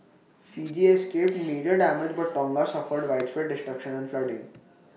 Fiji escaped major damage but Tonga suffered widespread destruction and flooding